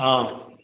অঁ